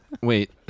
Wait